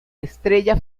estrella